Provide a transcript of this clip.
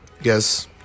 Yes